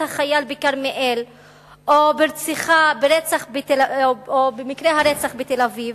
החייל בכרמיאל או במקרי הרצח בתל-אביב,